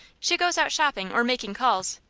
she goes out shopping or making calls,